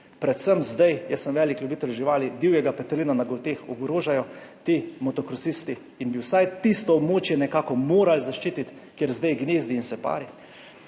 Predvsem zdaj, jaz sem velik ljubitelj živali, divjega petelina na Golteh ogrožajo ti motokrosisti in bi vsaj tisto območje nekako morali zaščititi, kjer zdaj gnezdi in se pari.